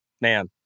man